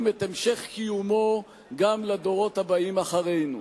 את המשך קיומו גם לדורות הבאים אחרינו.